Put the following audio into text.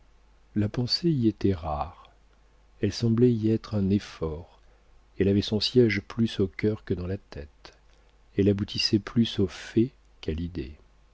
la pensée y était rare elle semblait y être un effort elle avait son siége plus au cœur que dans la tête elle aboutissait plus au fait qu'à l'idée